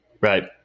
Right